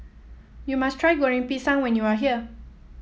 you must try Goreng Pisang when you are here